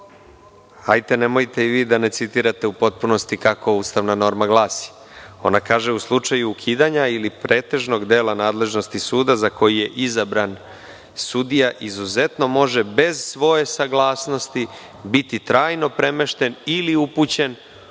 ali nemojte i vi da ne citirate u potpunosti kako ustavna norma glasi. Ona kaže - u slučaju ukidanja ili pretežnog dela nadležnosti suda za koji je izabran sudija, izuzetno može bez svoje saglasnosti biti trajno premešten ili upućen